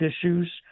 issues